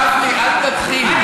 גפני, אל תתחיל.